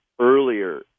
earlier